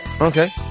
Okay